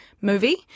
movie